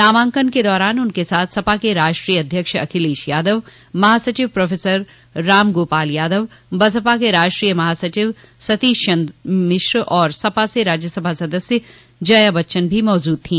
नामांकन के दौरान उनके साथ सपा के राष्ट्रीय अध्यक्ष अखिलेश यादव महासचिव प्रोफेसर राम गोपाल यादव बसपा के राष्ट्रीय महासचिव सतीश चन्द्र मिश्रा और सपा से राज्यसभा की सदस्य जया बच्चन भी मौजूद थी